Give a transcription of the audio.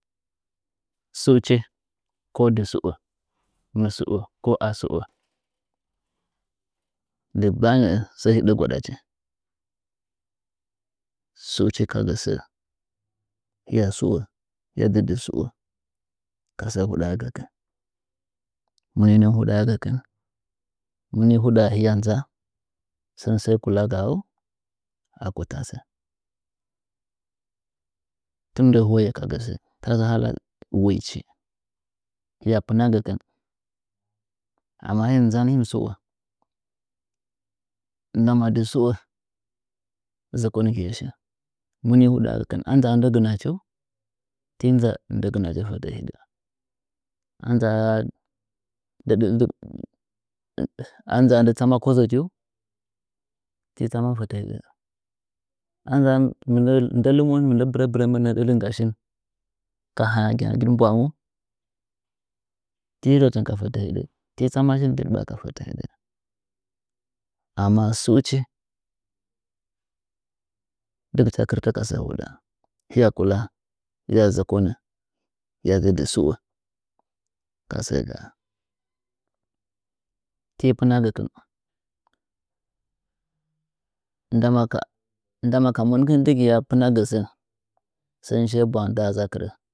Shchi ko dɨ sɨo mɨ sɨo ko asɨo dɨggba nɚɚ sɚ hɨdɚ gwa ɗa chi suchi ka gɚ sɚ hɨya sta hɨya dzɨ dɨsɨo ka sɚ huɗaah muni huɗaa ggkɨn muni huɗaa hɨya nza sɚn sk kulagaau aku tasɨ tɨmɨ ndɗ hiye ka gɚ sɚ tasɚ hala woi chi hɨya pɨna gɚkɨn amma him nzan him suo ndama dɨ suo zoko ngɨye shin muni huɗaa gɚkin a nzaa nda gɨnachih ti nza ndɨ gɨna chi fetɚ hiɗɚ a nzaa ndɨ tsama kozɚku ti tsaman fɚtɚ hiɗɚ anza ndɨ lɨmo mɨndɚ bɨrɚ bɨrɚmɚ nɚɚ ɗɚrdin ga shin ka nzan hagɨn bwau ti rɚtɨn ka fete hiɗɚ ti tsana shin ka fetɚ hiɗɚ amma sɨu chi dɨgɨ cha kɨrta ka sɚ huɨɗaa hɨtya kula hɨya zɚkonɚ hɨya gɚ dɨ sɨo kasɚ gaa ti pɨna gɨkɨn ndama ka ndama ka monkɨn dɨgɨaa pɨna gɚ sɚn sɚn shiye bwang nda zakɨrɚ.